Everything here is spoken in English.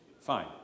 Fine